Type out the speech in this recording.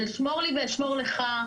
של שמור לי ואשמור לך,